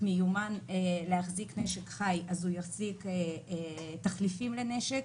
מיומן להחזיק נשק חי יחזיק תחליפים לנשק,